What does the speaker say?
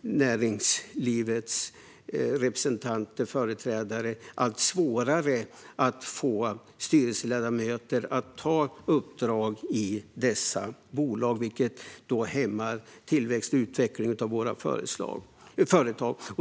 näringslivets representanter och företrädare allt svårare att få styrelseledamöter att ta uppdrag i dessa bolag, vilket hämmar tillväxt och utveckling i våra företag.